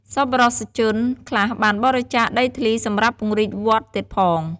សប្បុរសជនខ្លះបានបរិច្ចាគដីធ្លីសម្រាប់ពង្រីកវត្តទៀតផង។